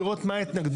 לראות מה ההתנגדות.